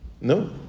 No